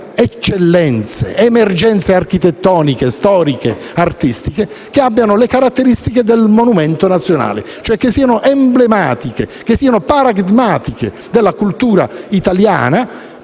eccellenze ed emergenze architettoniche, storiche e artistiche che rivestano le caratteristiche di monumento nazionale, cioè che siano emblematiche, paradigmatiche della cultura italiana